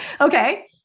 Okay